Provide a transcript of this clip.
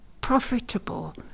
profitable